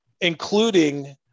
including